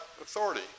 authority